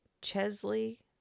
Chesley